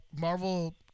Marvel